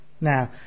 now